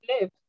live